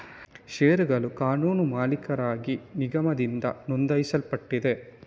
ಷೇರುಗಳ ಕಾನೂನು ಮಾಲೀಕರಾಗಿ ನಿಗಮದಿಂದ ನೋಂದಾಯಿಸಲ್ಪಟ್ಟಿದೆ